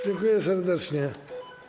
Dziękuję serdecznie.